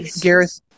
Gareth